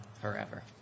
forever